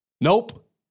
Nope